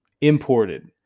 Imported